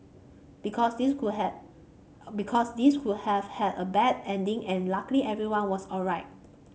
because this could have because this could have had a bad ending and luckily everyone was alright